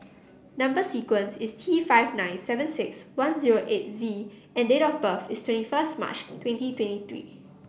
number sequence is T five nine seven six one zero eight Z and date of birth is twenty first March twenty twenty three